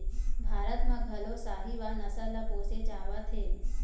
भारत म घलो साहीवाल नसल ल पोसे जावत हे